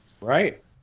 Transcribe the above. Right